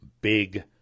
big